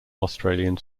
australian